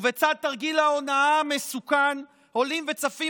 ובצד תרגיל ההונאה המסוכן עולים וצפים